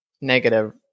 negative